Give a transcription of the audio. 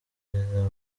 biravuna